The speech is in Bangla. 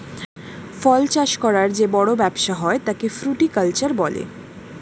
ফল চাষ করার যে বড় ব্যবসা হয় তাকে ফ্রুটিকালচার বলে